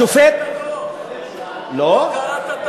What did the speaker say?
קראת את